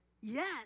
Yes